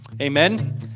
Amen